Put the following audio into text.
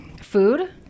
Food